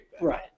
Right